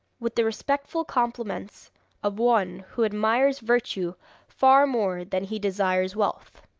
with the respectful compliments of one who admires virtue far more than he desires wealth